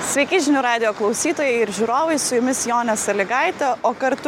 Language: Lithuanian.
sveiki žinių radijo klausytojai ir žiūrovai su jumis jonė salygaitė o kartu